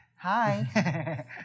Hi